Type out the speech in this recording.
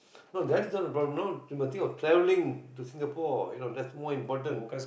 no that is not the problem no you must think of travelling to Singapore you know that's more important